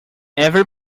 every